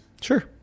Sure